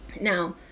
Now